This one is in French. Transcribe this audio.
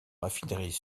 raffineries